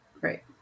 right